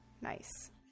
nice